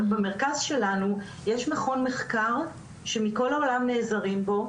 עכשיו במרכז שלנו יש מכון מחקר שמכל העולם נעזרים בו,